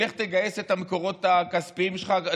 לך תגייס את המקורות הכספיים שלך.